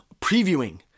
previewing